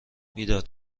میداد